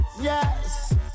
Yes